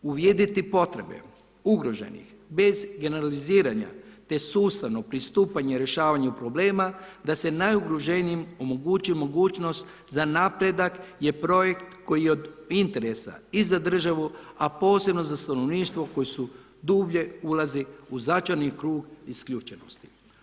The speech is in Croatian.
Uvidjeti potrebe ugroženih bez generaliziranja te sustavno pristupanje rješavanju problema da se najugroženijim omogući mogućnost za napredak je projekt koji je od interesa i za državu, a posebno za stanovništvo koje dublje ulazi u začarani krug isključenosti.